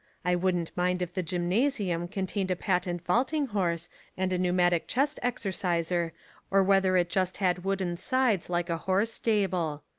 i wouldn't mind if the gymnasium contained a patent vaulting horse and a pneu matic chest exerciser or whether it just had wooden sides like a horse stable.